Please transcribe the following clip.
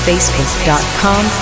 Facebook.com